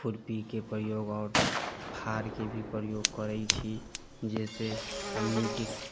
खुरपीके प्रयोग आओर खादके भी प्रयोग करै छी जेहिसँ हमनिके